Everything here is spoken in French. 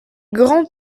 grand